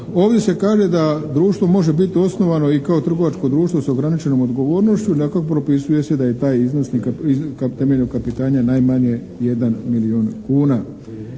ovdje se kaže da društvo može biti osnovano i kao trgovačko društvo s ograničenom odgovornošću … /Govornik se ne razumije./ … propisuje se da je i taj iznos temeljnog kapitala najmanje 1 milijun kuna.